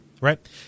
Right